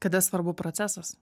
kada svarbu procesas